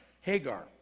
Hagar